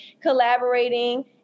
Collaborating